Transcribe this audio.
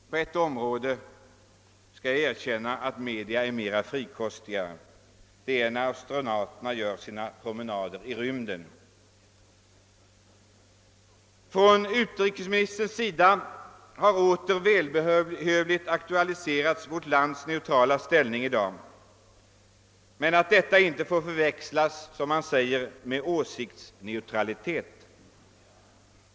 På ett område är de — det skall jag erkänna — mera frikostiga; det är när astronauterna gör sina promenader i rymden. Utrikesministern har i dag — och det var välbehövligt — åter aktualiserat vårt lands neutralitetspolitik och betonat att denna inte får förväxlas med, som han säger, åsiktsneutralitet.